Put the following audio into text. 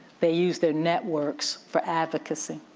they use their networks for advocacy.